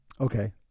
Okay